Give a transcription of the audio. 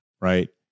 right